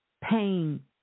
pain